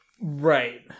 Right